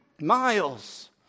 miles